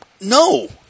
No